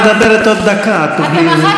אז את יכולה לתקן וזה בסדר,